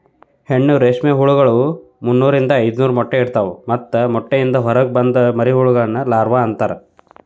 ಹೆಣ್ಣು ರೇಷ್ಮೆ ಹುಳಗಳು ಮುನ್ನೂರಿಂದ ಐದನೂರ ಮೊಟ್ಟೆ ಇಡ್ತವಾ ಮತ್ತ ಮೊಟ್ಟೆಯಿಂದ ಹೊರಗ ಬಂದ ಮರಿಹುಳಗಳನ್ನ ಲಾರ್ವ ಅಂತಾರ